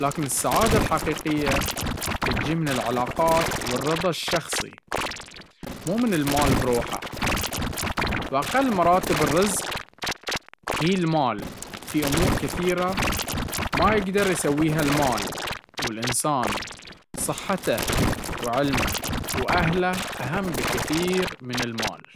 لكن السعادة الحقيقية تجي من العلاقات والرضا الشخصي، مو من المال بروحه, وأقل مراتب الرزق هي المال في أمور كثيرة ما يقدر إيسويها المال, والإنسان صحته وعلمه وأهله أهم بكثير من المال.